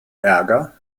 ärger